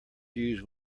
use